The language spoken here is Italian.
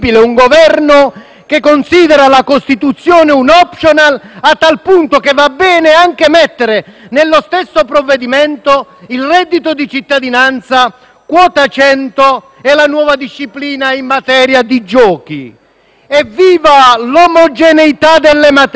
che considera la Costituzione un *optional*, a tal punto che va bene anche mettere nello stesso provvedimento il reddito di cittadinanza, le norme su quota 100 e la nuova disciplina in materia di giochi. Evviva l'omogeneità delle materie!